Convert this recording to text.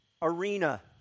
Arena